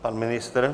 Pan ministr?